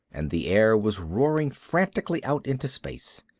and the air was roaring frantically out into space.